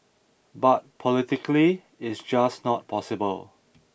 but politically it's just not possible